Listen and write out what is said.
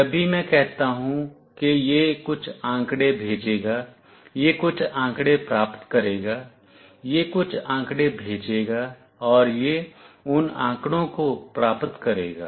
जब भी मैं कहता हूं कि यह कुछ आंकड़े भेजेगा यह कुछ आंकड़े प्राप्त करेगा यह कुछ आंकड़े भेजेगा और यह उन आंकड़ों को प्राप्त करेगा